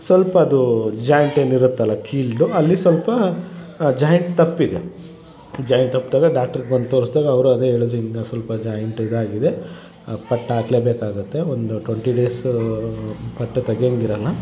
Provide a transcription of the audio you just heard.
ಸ್ವಲ್ಪ ಅದು ಜಾಯಿಂಟ್ ಏನು ಇರುತ್ತಲ್ಲಾ ಕೀಲು ಅಲ್ಲಿ ಸ್ವಲ್ಪ ಜಾಯಿಂಟ್ ತಪ್ಪಿದೆ ಜಾಯಿಂಟ್ ತಪ್ಪಿದಾಗ ಡಾಕ್ಟ್ರಿಗೆ ಬಂದು ತೋರಿಸ್ದಾಗ ಅವರು ಅದೇ ಹೇಳಿದರು ಇನ್ನಿ ಸ್ವಲ್ಪ ಜಾಯಿಂಟ್ ಇದಾಗಿದೆ ಪಟ್ಟು ಹಾಕ್ಲೇಬೇಕಾಗುತ್ತೆ ಒಂದು ಟ್ವಂಟಿ ಡೇಸ್ ಪಟ್ಟು ತೆಗಿಯೋಂಗಿರಲ್ಲ